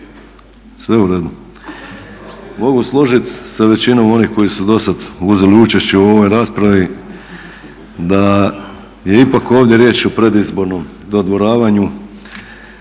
sve u redu, mogu složit sa većinom onih koji su dosad uzeli učešće u ovoj raspravi da je ipak ovdje riječ o predizbornom dodvoravanju